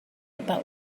about